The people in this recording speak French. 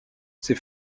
ces